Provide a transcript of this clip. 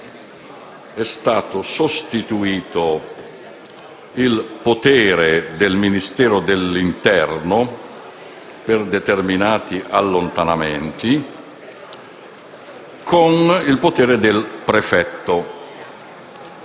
è stato sostituito il potere del Ministero dell'interno, per determinati allontanamenti, con il potere del prefetto.